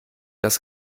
das